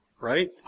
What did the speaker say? right